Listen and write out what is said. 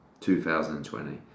2020